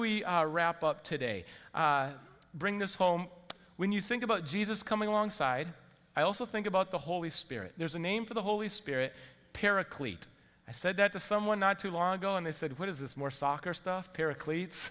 we wrap up today bring this home when you think about jesus coming alongside i also think about the holy spirit there's a name for the holy spirit para clete i said that to someone not too long ago and they said what is this more soccer stuff para